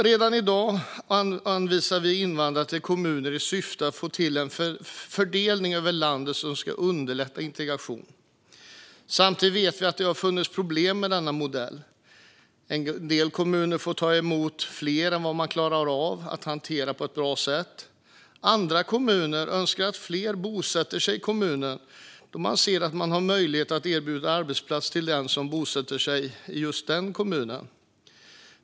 Redan i dag anvisar vi invandrare till kommuner i syfte att få till en fördelning över landet som ska underlätta integrationen. Samtidigt vet vi att det har funnits problem med denna modell. En del kommuner får ta emot fler än vad man klarar av att hantera på ett bra sätt medan andra kommuner önskar att fler bosätter sig i kommunen då man ser att man har möjlighet att erbjuda arbetsplatser till dem som bosätter sig i just den kommunen.